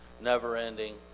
never-ending